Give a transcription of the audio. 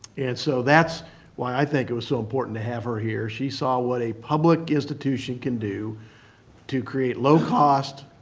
and so that's why i think it was so important to have her here. she saw what a public institution can do to create low-cost,